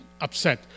upset